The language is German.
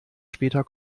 später